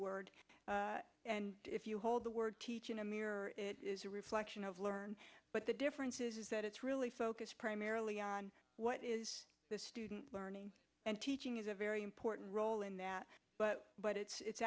word if you hold the word teach in a mirror is a reflection of learn but the difference is that it's really focused primarily on what is the student learning and teaching is a very important role in that but but it's